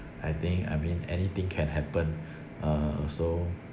I think I mean anything can happen uh so